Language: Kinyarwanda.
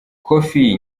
kofi